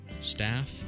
staff